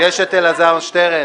אז אתם רוצים שנעשה את ההצבעה מחדש?